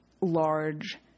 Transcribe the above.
large